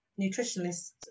nutritionist